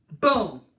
Boom